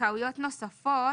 זכאויות נוספות,